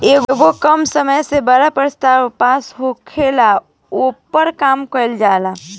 ऐमे कम समय मे बड़ प्रस्ताव पास होला, ओपर काम कइल जाला